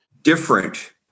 different